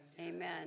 amen